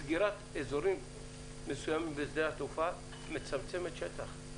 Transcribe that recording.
סגירת אזורים מסוימים בשדה התעופה מצמצמת שטח.